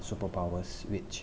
superpowers which